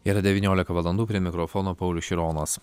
yra devyniolika valandų prie mikrofono paulius šironas